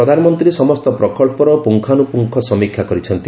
ପ୍ରଧାନମନ୍ତ୍ରୀ ସମସ୍ତ ପ୍ରକଳ୍ପର ପୁଙ୍ଗାନୁପୁଙ୍ଗ ସମୀକ୍ଷା କରିଛନ୍ତି